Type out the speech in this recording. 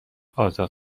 آزاد